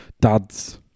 dads